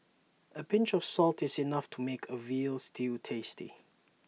A pinch of salt is enough to make A Veal Stew tasty